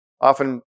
Often